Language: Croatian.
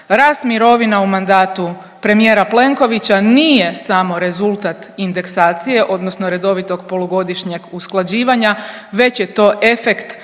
Rast mirovina u mandatu premijer Plenkovića nije samo rezultat indeksacije, odnosno redovitog polugodišnjeg usklađivanja, već je to efekt